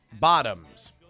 Bottoms